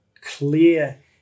clear